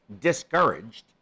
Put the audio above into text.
discouraged